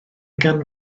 gan